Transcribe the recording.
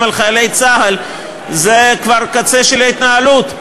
על חיילי צה"ל זה כבר קצה ההתנהלות.